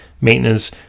maintenance